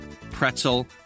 pretzel